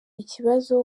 ikibazo